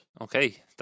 okay